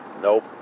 Nope